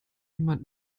jemand